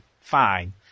fine